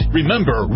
Remember